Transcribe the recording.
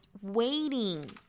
waiting